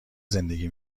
زندگی